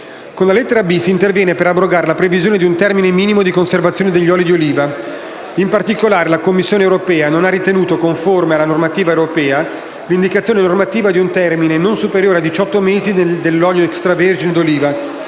Con la lettera *b)* si interviene per abrogare la previsione di un termine minimo di conservazione degli oli di oliva. In particolare, la Commissione europea non ha ritenuto conforme alla normativa europea l'indicazione normativa di un termine non superiore a diciotto mesi dell'olio extravergine d'oliva,